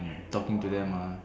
talking to them uh